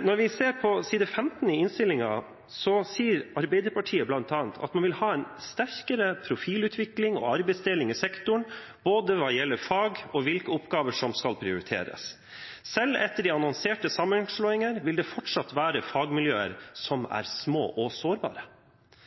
Når vi ser på side 7 i innstillingen, sier Arbeiderpartiet bl.a.: «Disse medlemmer vil ha en sterkere profilutvikling og arbeidsdeling i sektoren, både hva gjelder fag og hvilke oppgaver som prioriteres. Selv etter de annonserte sammenslåinger vil det fortsatt være fagmiljøer som er små og sårbare.»